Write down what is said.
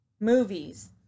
movies